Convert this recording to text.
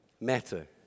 matter